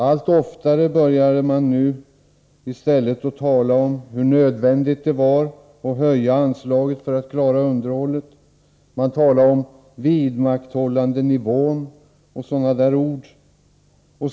Allt oftare började man nu i stället att tala om nödvändigheten av höjda anslag för att klara underhållet. Man talade om vidmakthållandenivån osv.